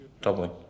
doubling